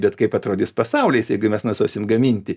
bet kaip atrodys pasaulis jeigu mes nustosim gaminti